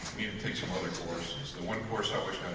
take some other courses the one course i wish